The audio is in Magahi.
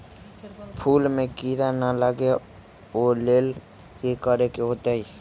फूल में किरा ना लगे ओ लेल कि करे के होतई?